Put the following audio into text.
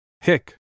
Hick